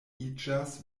iĝas